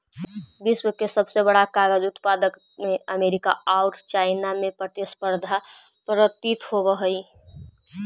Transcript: विश्व के सबसे बड़ा कागज उत्पादक में अमेरिका औउर चाइना में प्रतिस्पर्धा प्रतीत होवऽ हई